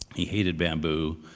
he hated bamboo,